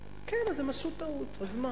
כן, אז הם עשו טעות, אז מה?